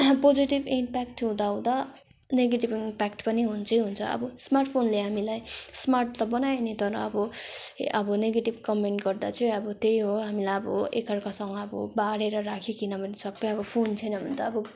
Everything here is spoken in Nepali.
पोजेटिभ इम्प्याक्ट हुँदाहुँदा नेगेटिभ इम्प्याक्ट पनि हुन्छै हुन्छ अब स्मार्ट फोनले हामीलाई स्मार्ट त बनायो नि तर अब अब नेगेटिभ कमेन्ट गर्दा चाहिँ अब त्यही हो हामीलाई अब एक अर्कासँग अब बाढेर राख्यो किनभने सबै अब फोन छैन भने त अब